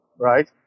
right